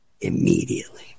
immediately